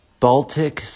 Baltic